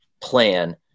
plan